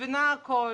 מבינה הכול,